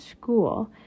school